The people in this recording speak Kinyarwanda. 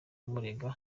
bumurega